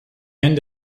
end